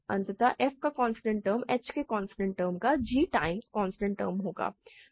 अत f का constant term h के कांस्टेंट टर्म का g टाइम्स कांस्टेंट टर्म है